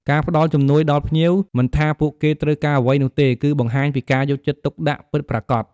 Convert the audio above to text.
ការផ្តល់ជំនួយដល់ភ្ញៀវ មិនថាពួកគេត្រូវការអ្វីនោះទេ គឺបង្ហាញពីការយកចិត្តទុកដាក់ពិតប្រាកដ។